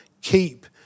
Keep